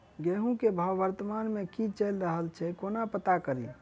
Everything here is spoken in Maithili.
गेंहूँ केँ भाव वर्तमान मे की चैल रहल छै कोना पत्ता कड़ी?